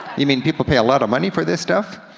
you mean people pay a lot of money for this stuff?